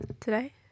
today